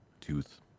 tooth